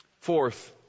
Fourth